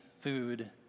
food